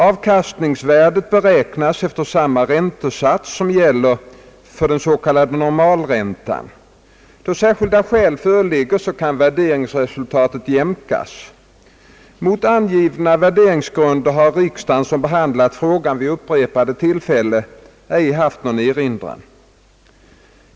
Avkastningsvärdet beräknas efter samma räntesats som gäller för den s.k. normalräntan. Då särskilda skäl föreligger kan värderingsresultatet jämkas. Mot angivna värderingsgrunder har riksdagen, som behandlat frågan vid upprepade tillfällen, ej haft någon erinran.